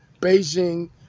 Beijing